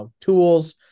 tools